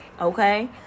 okay